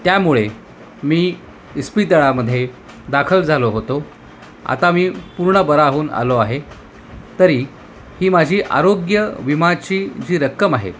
त्यामुळे मी इस्पितळामध्ये दाखल झालो होतो आता मी पूर्ण बरा होऊन आलो आहे तरी ही माझी आरोग्य विमाची जी रक्कम आहे